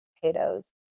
potatoes